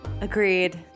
Agreed